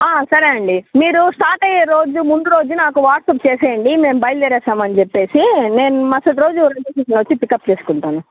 సరే అండి మీరు స్టార్ట్ అయ్యే రోజు ముందు రోజు నాకు వాట్సాప్ చేసేయండి మేము బయలుదేరసాం అని చెప్పేసి నేను మరుసటి రోజు రైల్వేస్టేషన్కు వచ్చి పికప్ చేసుకుంటాను